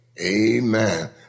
Amen